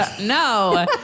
No